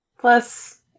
plus